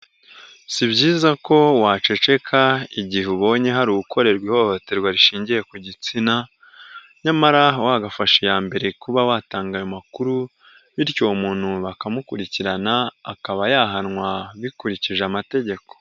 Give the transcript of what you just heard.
Si byiza ko waceceka igihe ubonye hari ukorerwa ihohoterwa rishingiye ku gitsina, nyamara wagafasha iya mbere kuba watanga ayo makuru, bityo uwo muntu bakamukurikirana akaba yahanwa bikurikije amategeko.